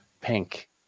pink